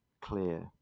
clear